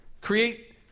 Create